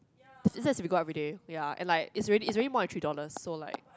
that's if you go out everyday ya and like it's already it's already more than three dollars so like